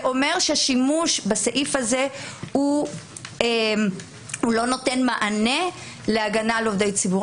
זה אומר ששימוש בסעיף הזה לא נותן מענה להגנה על עובדי ציבור.